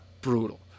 brutal